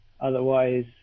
Otherwise